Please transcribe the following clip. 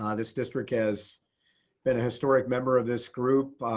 um this district has been a historic member of this group.